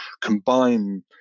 combine